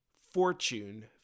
fortune